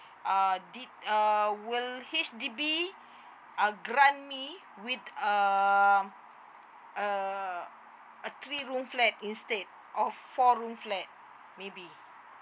uh err will H_D_B uh grant me with um a a three room flat instead of four rooms flat maybe